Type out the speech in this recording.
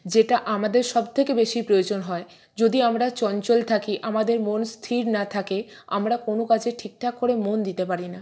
যেটা আমাদের সবথেকে বেশি প্রয়োজন হয় যদি আমরা চঞ্চল থাকি আমাদের মন স্থির না থাকে আমরা কোনো কাজে ঠিকঠাক করে মন দিতে পারি না